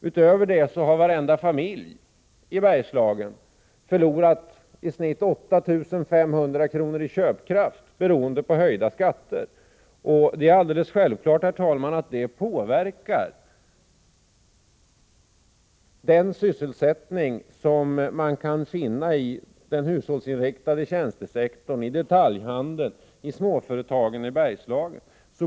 Utöver detta har varenda familj i Bergslagen, beroende på höjda skatter, förlorat i snitt 8 500 kr. i köpkraft. Det är alldeles självklart, herr talman, att detta påverkar sysselsättningen i den hushållsinriktade tjänstesektorn, i detaljhandeln och i småföretagen i Bergslagen.